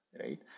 right